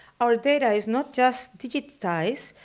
our data is not just digitized,